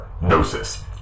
gnosis